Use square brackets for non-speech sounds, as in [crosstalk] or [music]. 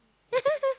[laughs]